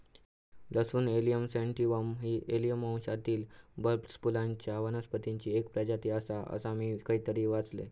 लसूण allium sativum ही allium वंशातील बल्बस फुलांच्या वनस्पतीची एक प्रजाती आसा, असा मी खयतरी वाचलंय